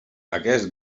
aquest